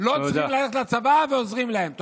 לא צריכים ללכת לצבא ועוזרים להם.